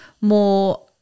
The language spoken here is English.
more